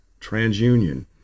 TransUnion